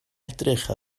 edrych